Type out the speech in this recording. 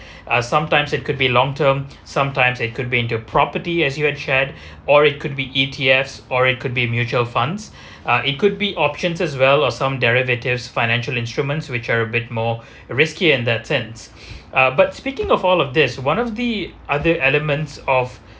uh sometimes it could be long term sometimes it could be into property as you had shared or it could be E_T_Fs or it could be mutual funds uh it could be options as well or some derivatives financial instruments which are a bit more risky in that sense uh but speaking of all of this one of the other elements of